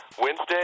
Wednesday